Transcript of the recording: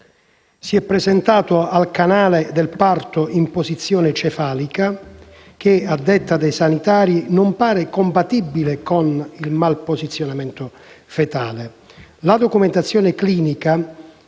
si è presentato al canale del parto in posizione cefalica che, a detta dei sanitari, non pare compatibile con il malposizionamento fetale. La documentazione (che